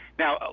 now,